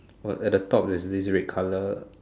uh at the top there's this red colour